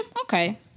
Okay